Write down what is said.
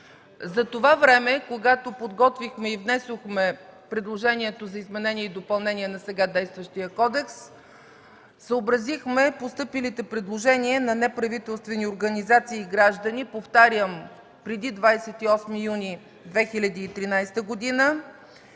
За това време, когато подготвихме и внесохме предложението за изменение и допълнение на сега действащия кодекс, съобразихме постъпилите предложения на неправителствени организации и граждани – повтарям, преди 28 юни 2013 г.,